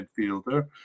midfielder